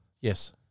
Yes